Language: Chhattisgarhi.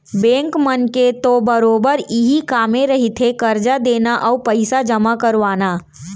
बेंक मन के तो बरोबर इहीं कामे रहिथे करजा देना अउ पइसा जमा करवाना